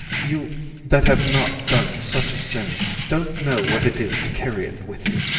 you that have not done such a sin don't know what it is to carry it with you.